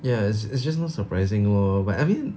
ya it~ it's just not surprising lor but I mean